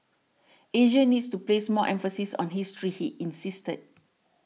Asia needs to place more emphasis on history he insisted